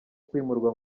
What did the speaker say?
kwimurwa